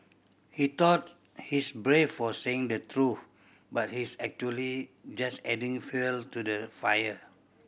he thought he's brave for saying the truth but he's actually just adding fuel to the fire